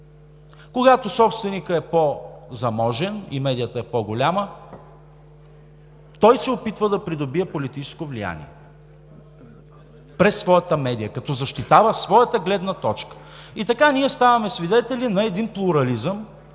Когато собственикът е по-заможен и медията е по-голяма, той се опитва да придобие политическо влияние през своята медия, като защитава своята гледна точка. И така ние ставаме свидетели на един плурализъм,